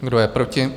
Kdo je proti?